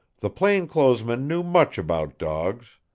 the plain-clothes man knew much about dogs.